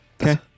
Okay